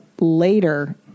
later